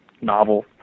novel